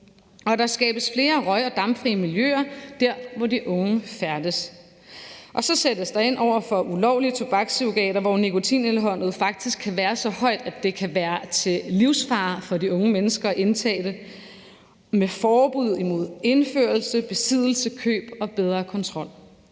Der skabes flere røg- og dampfri miljøer der, hvor de unge færdes, og så sættes der ind over for ulovlige tobakssurrogater, hvor nikotinindholdet faktisk kan være så højt, at det kan være til livsfare for de unge mennesker at indtage det, med forbud mod indførelse, besiddelse og køb og bedre kontrol.